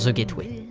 so getaway